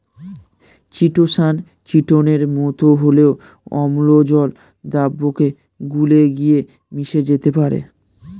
chitosan চিটোনের মতো হলেও অম্ল জল দ্রাবকে গুলে গিয়ে মিশে যেতে পারে